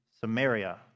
Samaria